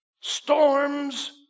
storms